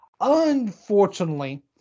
Unfortunately